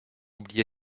oublié